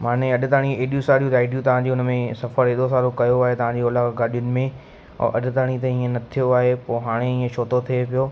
माने अॼु ताणी एॾियूं सारियूं राइडियूं तव्हांजी उन में सफ़रु अहिड़ो सारो कयो आहे तव्हांजी ओला गाॾियुनि में और अॼु ताणी ताईं हीअं न थियो आहे पो हाणे हीअं छो थो थिए पियो